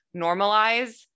normalize